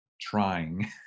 trying